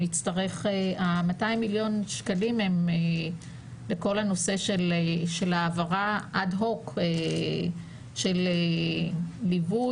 ה-200 מיליון שקלים הם לכל הנושא של ההעברה אד הוק של ליווי,